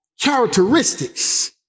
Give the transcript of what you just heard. characteristics